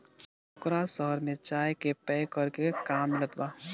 ओकरा शहर में चाय के पैक करे के काम मिलत बा